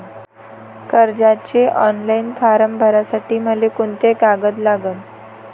कर्जाचे online form भरासाठी मले कोंते कागद लागन?